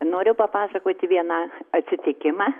noriu papasakoti vieną atsitikimą